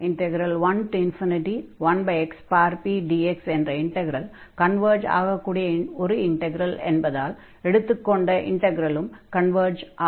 11xpdx என்ற integral converge ஆகக்கூடிய ஒரு இன்டக்ரல் என்பதால் எடுத்துக்கொண்ட இன்டக்ரலும் கன்வர்ஜ் ஆகும்